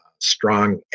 strong